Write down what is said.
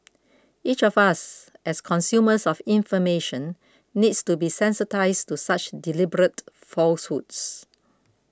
each of us as consumers of information needs to be sensitised to such deliberate falsehoods